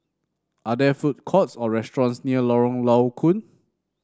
are there food courts or restaurants near Lorong Low Koon